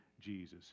Jesus